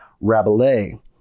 Rabelais